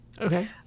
Okay